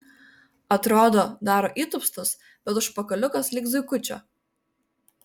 atrodo daro įtūpstus bet užpakaliukas lyg zuikučio